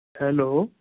hello